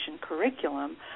curriculum